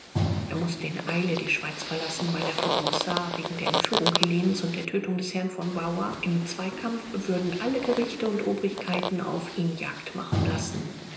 er mußte in eile die schweiz verlassen weil er voraussah wegen der entführung helenens und der tötung des herrn von bavois im zweikampf würden alle gerichte und obrigkeiten auf ihn jagd machen lassen